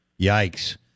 Yikes